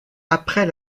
après